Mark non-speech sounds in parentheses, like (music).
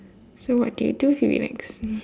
so what do you to relax (laughs)